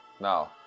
now